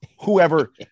Whoever